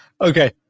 Okay